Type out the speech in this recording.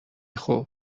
خوب